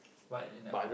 what you never